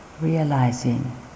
realizing